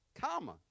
comma